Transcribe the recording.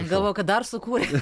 galvoju kad dar sukūrė